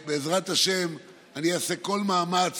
בעזרת השם, אני אעשה כל מאמץ